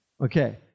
Okay